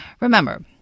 Remember